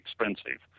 expensive